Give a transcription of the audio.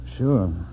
Sure